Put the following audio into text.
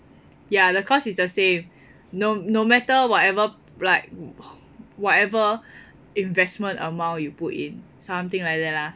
ya the cost is the same no no matter whatever like whatever investment amount you put in something like that lah